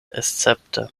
escepte